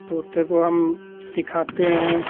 तोते को हम सिखाते हैं